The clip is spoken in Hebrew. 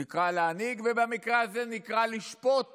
נקרא להנהיג, ובמקרה הזה נקרא לשפוט